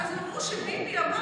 הם אמרו שביבי אמר